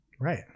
Right